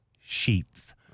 sheets